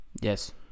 Yes